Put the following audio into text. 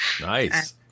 nice